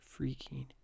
freaking